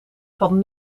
van